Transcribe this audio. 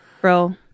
bro